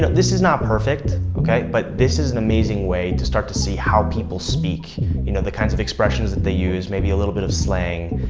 this is not perfect, okay? but this is an amazing way to start to see how people speak you know the kinds of expressions that they use, maybe a little bit of slang.